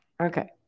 okay